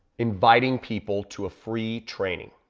inviting people to a free training.